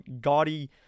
gaudy